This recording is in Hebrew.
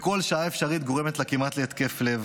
בכל שעה אפשרית גורמת לה כמעט להתקף לב,